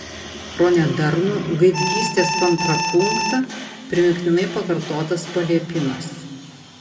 pro nedarnų gaidgystės kontrapunktą primygtinai pakartotas paliepimas